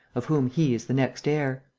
of whom he is the next heir.